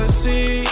see